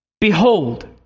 behold